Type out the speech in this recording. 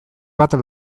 bat